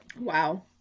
Wow